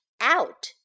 out